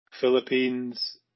Philippines